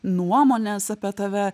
nuomonės apie tave